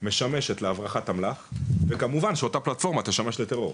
משמשת להברחת אמל"ח וכמובן שאותה פלטפורמה תשמש לטרור.